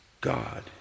God